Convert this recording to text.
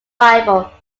bible